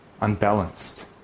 unbalanced